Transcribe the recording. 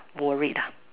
worried ah